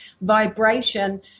vibration